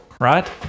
right